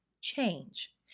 change